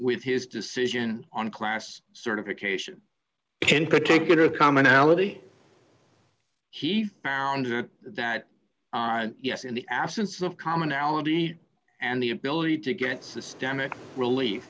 with his decision on class certification and particular commonality he found that yes in the absence of commonality and the ability to get systemic relief